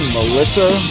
Melissa